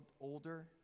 older